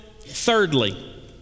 thirdly